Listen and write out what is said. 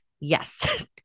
yes